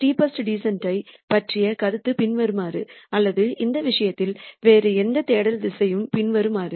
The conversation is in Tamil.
ஸ்டெப்பஸ்ட் டீசன்ட் யைப் பற்றிய கருத்து பின்வருமாறு அல்லது அந்த விஷயத்தில் வேறு எந்த தேடல் திசையும் பின்வருமாறு